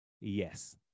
Yes